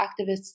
activists